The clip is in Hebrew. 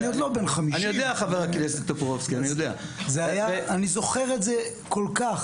אני זוכר את זה כל כך,